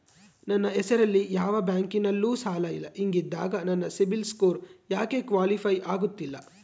ನನ್ನ ಹೆಸರಲ್ಲಿ ಯಾವ ಬ್ಯಾಂಕಿನಲ್ಲೂ ಸಾಲ ಇಲ್ಲ ಹಿಂಗಿದ್ದಾಗ ನನ್ನ ಸಿಬಿಲ್ ಸ್ಕೋರ್ ಯಾಕೆ ಕ್ವಾಲಿಫೈ ಆಗುತ್ತಿಲ್ಲ?